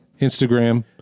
Instagram